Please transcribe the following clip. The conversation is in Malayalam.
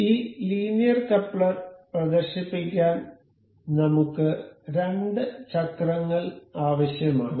അതിനാൽ ഈ ലീനിയർ കപ്ലെർ പ്രദർശിപ്പിക്കാൻ നമുക്ക് രണ്ട് ചക്രങ്ങൾ ആവശ്യമാണ്